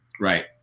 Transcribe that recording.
Right